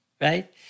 right